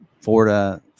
Florida